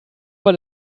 weil